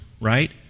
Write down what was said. Right